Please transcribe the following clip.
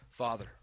Father